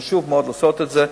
חשוב מאוד לעשות את זה.